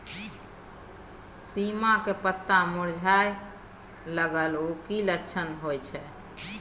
सीम के पत्ता मुरझाय लगल उ कि लक्षण होय छै?